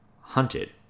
hunted